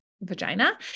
vagina